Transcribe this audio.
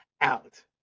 out